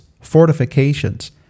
fortifications